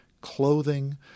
clothing